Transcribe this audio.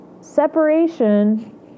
separation